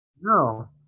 No